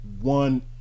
one